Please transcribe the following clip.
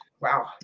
Wow